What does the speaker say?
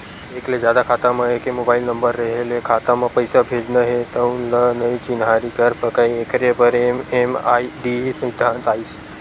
एक ले जादा खाता म एके मोबाइल नंबर रेहे ले खाता म पइसा भेजना हे तउन ल नइ चिन्हारी कर सकय एखरे बर एम.एम.आई.डी सिद्धांत आइस